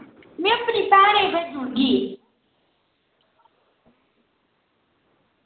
में अपनी भैनें गी भेजी ओड़गी